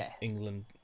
England